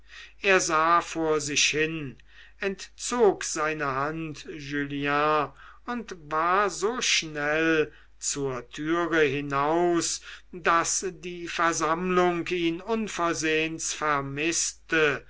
er sah vor sich hin entzog seine hand julien und war so schnell zur türe hinaus daß die versammlung ihn unversehens vermißte